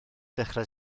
dechrau